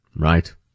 Right